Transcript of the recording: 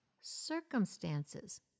circumstances